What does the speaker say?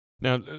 Now